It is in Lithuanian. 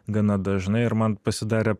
gana dažnai ir man pasidarė